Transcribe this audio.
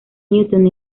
newton